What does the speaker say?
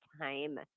time